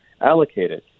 allocated